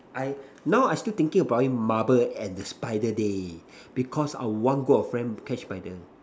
I now I still thinking about it marble and spider day because I have one group of friend who catch spider